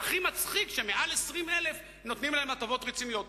הכי מצחיק הוא שמעל 20,000 שקל נותנים להן הטבות רציניות.